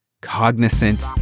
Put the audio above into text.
cognizant